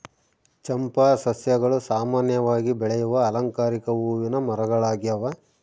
ಚಂಪಾ ಸಸ್ಯಗಳು ಸಾಮಾನ್ಯವಾಗಿ ಬೆಳೆಯುವ ಅಲಂಕಾರಿಕ ಹೂವಿನ ಮರಗಳಾಗ್ಯವ